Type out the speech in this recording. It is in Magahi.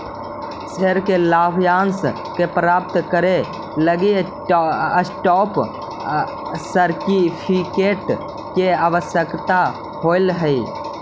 शेयर के लाभांश के प्राप्त करे लगी स्टॉप सर्टिफिकेट के आवश्यकता होवऽ हइ